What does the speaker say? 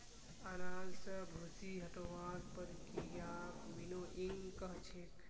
अनाज स भूसी हटव्वार प्रक्रियाक विनोइंग कह छेक